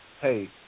hey